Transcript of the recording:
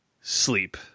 sleep